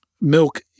milk